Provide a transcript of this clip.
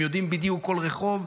הם יודעים בדיוק כל רחוב,